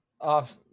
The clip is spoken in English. off